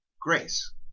grace